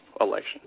election